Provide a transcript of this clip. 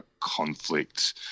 conflict